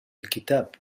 الكتاب